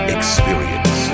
Experience